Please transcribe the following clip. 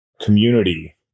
community